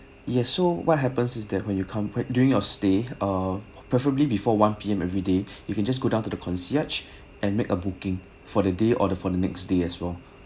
yes so what happens is that when you come what during your stay uh preferably before one P_M every day you can just go down to the concierge and make a booking for the day order for the next day as well